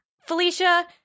Felicia